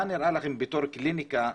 בתור קליניקה,